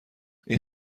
این